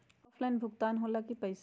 Offline भुगतान हो ला कि पईसा?